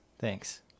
Thanks